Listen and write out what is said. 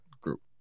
group